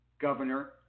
governor